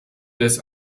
des